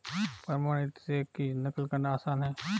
प्रमाणित चेक की नक़ल करना आसान है